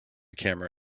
camera